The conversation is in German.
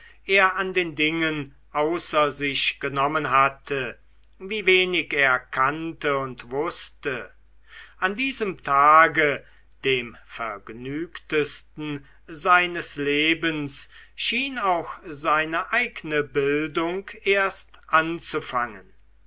er an den dingen außer sich genommen hatte wie wenig er kannte und wußte an diesem tage dem vergnügtesten seines lebens schien auch seine eigne bildung erst anzufangen